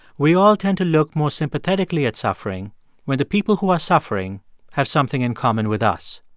we all tend to look more sympathetically at suffering when the people who are suffering have something in common with us.